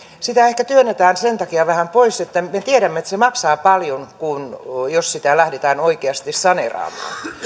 sitä ehkä työnnetään sen takia vähän pois että me tiedämme että se maksaa paljon jos sitä lähdetään oikeasti saneeraamaan